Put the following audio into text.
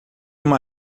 uma